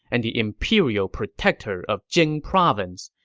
and the imperial protector of jing province,